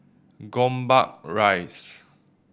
Gombak Rise